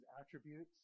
attributes